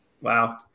Wow